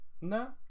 No